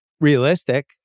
realistic